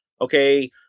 Okay